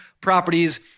properties